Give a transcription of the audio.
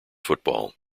football